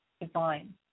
divine